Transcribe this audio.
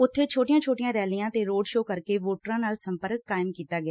ਉਬੇ ਛੋਟੀਆਂ ਛੋਟੀਆਂ ਰੈਲੀਆਂ ਤੇ ਰੋਡ ਸ਼ੋਅ ਕਰਕੇ ਵੋਟਰਾਂ ਨਾਲ ਸੰਪਰਕ ਕਾਇਮ ਕੀਤਾ ਗਿਆ